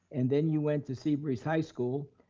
and then you went to seabreeze high school,